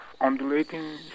undulating